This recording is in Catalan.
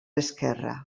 esquerre